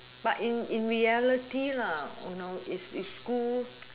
but in in reality lah is is school